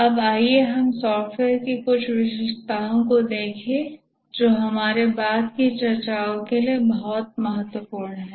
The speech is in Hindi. अब आइए हम सॉफ्टवेयर की कुछ विशेषताओं को देखें जो हमारे बाद की चर्चाओं के लिए बहुत महत्वपूर्ण हैं